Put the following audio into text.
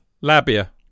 Labia